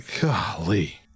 golly